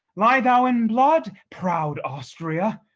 lie thou in blood, proud austria,